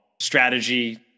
strategy